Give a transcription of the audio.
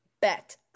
bet